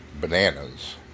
bananas